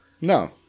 No